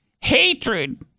hatred